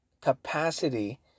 capacity